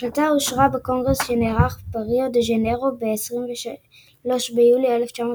ההחלטה אושררה בקונגרס שנערך בריו דה ז'ניירו ב-23 ביוני 1950.